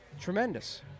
Tremendous